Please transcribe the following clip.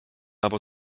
aber